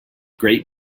great